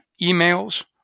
emails